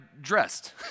dressed